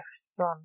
son